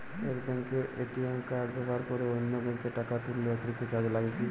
এক ব্যাঙ্কের ATM card ব্যবহার করে অন্য ব্যঙ্কে টাকা তুললে অতিরিক্ত চার্জ লাগে কি?